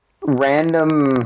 random